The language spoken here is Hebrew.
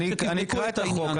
אני אקרא את החוק,